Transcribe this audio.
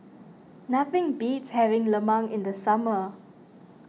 nothing beats having Lemang in the summer